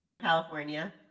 California